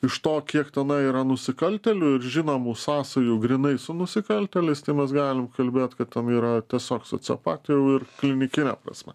iš to kiek tenai yra nusikaltėlių ir žinomų sąsajų grynai su nusikaltėliais tai mes galim kalbėt kad ten yra tiesiog sociopatų jau ir klinikine prasme